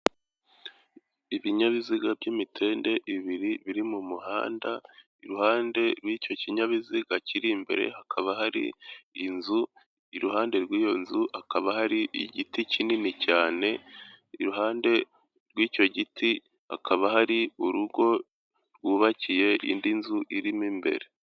Ibinyabiziga by'imitende ibiri biri mu muhanda, iruhande rw'icyo kinyabiziga kiri imbere hakaba hari inzu, iruhande rw'iyo nzu hakaba hari igiti kinini cyane, iruhande rw'icyo giti hakaba hari urugo rwubakiye, indi nzu iri mo imbere.